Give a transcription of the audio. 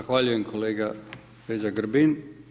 Zahvaljujem kolega Peđa Grbin.